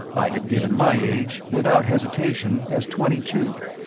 i had given my age, without hesitation, as twenty two.